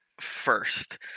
first